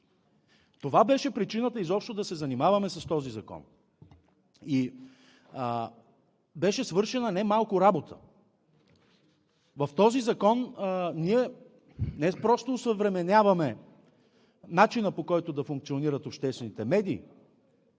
Това беше причината изобщо да се занимаваме с този закон. Беше свършена немалко работа. В този закон ние не просто осъвременяваме начина, по който да функционират обществените медии,